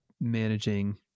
managing